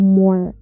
more